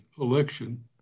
election